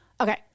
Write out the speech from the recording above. okay